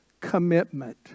commitment